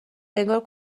انگار